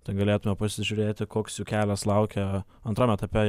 tai galėtume pasižiūrėti koks jų kelias laukia antram etape